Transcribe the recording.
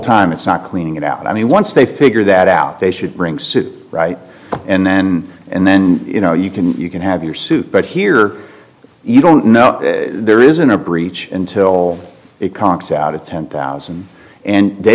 time it's not cleaning it out i mean once they figure that out they should bring suit right and then and then you know you can you can have your suit but here you don't know there isn't a breach until it conks out of ten thousand and they